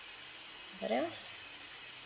what else